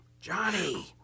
Johnny